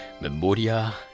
Memoria